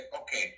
okay